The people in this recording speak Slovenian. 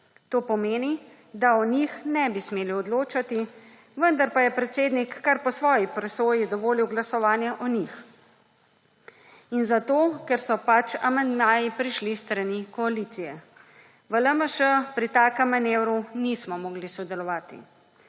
To pomeni, da o njih ne bi smeli odločati, vendar pa je predsednik kar po svoji presoji dovolil glasovanja o njih. In zato, ker so pač amandmaji prišli s strani koalicije. V LMŠ pri takem manevru nismo mogli sodelovati.